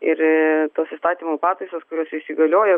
ir tos įstatymų pataisos kurios įsigalioja